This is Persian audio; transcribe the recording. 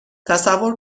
تصور